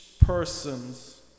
persons